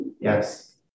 Yes